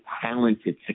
talented